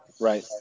right